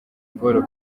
paul